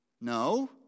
No